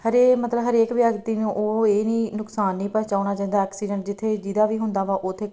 ਹਰੇ ਮਤਲਬ ਹਰੇਕ ਵਿਅਕਤੀ ਨੂੰ ਉਹ ਇਹ ਨਹੀਂ ਨੁਕਸਾਨ ਨਹੀਂ ਪਹੁੰਚਾਉਣਾ ਚਾਹੁੰਦਾ ਐਕਸੀਡੈਂਟ ਜਿੱਥੇ ਜਿਹਦਾ ਵੀ ਹੁੰਦਾ ਵਾ ਉੱਥੇ